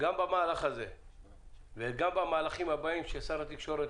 שגם במהלך הזה וגם במהלכים הבאים ששר התקשורת